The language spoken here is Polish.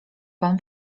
pan